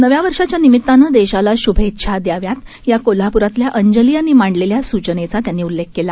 नव्यावर्षाच्यानिमित्तानंदेशालाशुभेच्छाद्याव्यात याकोल्हापूरातल्याअंजलीयांनीमांडलेल्यासूचनेचात्यांनीउल्लेखकेला